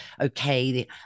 okay